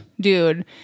dude